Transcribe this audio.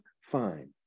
fine